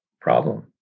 problem